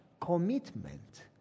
commitment